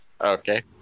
Okay